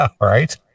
right